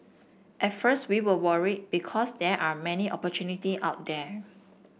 at first we were worried because there are many opportunity out there